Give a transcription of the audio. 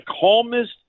calmest